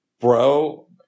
bro